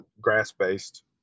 grass-based